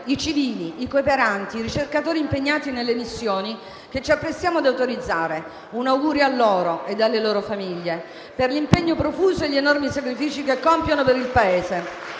i civili, i cooperanti, i ricercatori impegnati nelle missioni che ci apprestiamo ad autorizzare; un augurio a loro e alle loro famiglie per l'impegno profuso e gli enormi sacrifici che compiono per il Paese